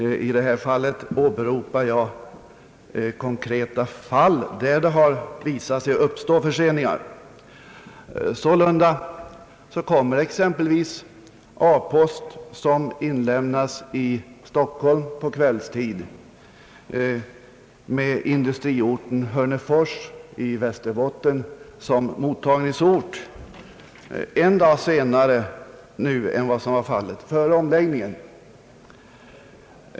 I min fråga åberopar jag konkreta fall där det har visat sig uppstå förseningar. Sålunda kommer exempelvis A-post som inlämnas i Stockholm på kvällstid med industriorten Hörnefors i Västerbotten som mottagningsort fram en dag senare nu än som var fallet före omläggningen.